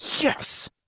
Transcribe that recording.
Yes